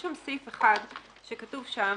יש שם סעיף 1 שכתוב שם